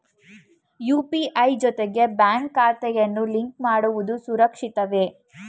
UPI ಜೊತೆಗೆ bank ಖಾತೆಯನ್ನು link ಮಾಡುವುದು ಸುರಕ್ಷಿತವೇ?